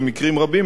במקרים רבים,